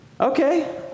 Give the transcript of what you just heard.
Okay